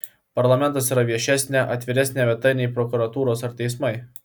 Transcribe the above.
parlamentas yra viešesnė atviresnė vieta nei prokuratūros ar teismai